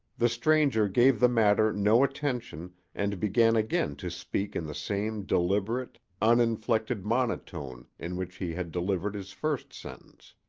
the stranger gave the matter no attention and began again to speak in the same deliberate, uninflected monotone in which he had delivered his first sentence